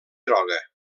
droga